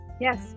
Yes